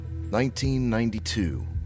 1992